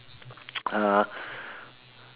uh